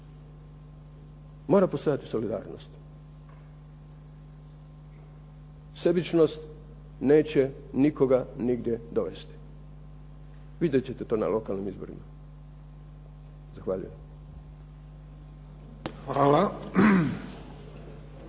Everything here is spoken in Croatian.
mora postojati solidarnost. Sebičnost neće nigdje nikoga dovesti. Vidjet ćete to na lokalnim izborima. Zahvaljujem.